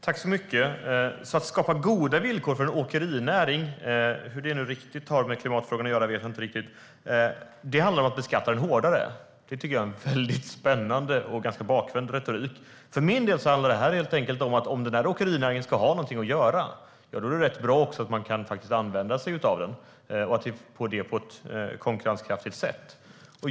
Herr talman! Att skapa goda villkor för åkerinäringen - vad nu det har med klimatfrågan att göra vet jag inte riktigt - handlar alltså om att beskatta den hårdare? Det tycker jag är en väldigt spännande och ganska bakvänd retorik. För mig handlar det helt enkelt om att om åkerinäringen ska ha någonting att göra är det rätt bra att man kan använda sig av den, och det på ett konkurrenskraftigt sätt.